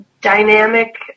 dynamic